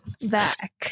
back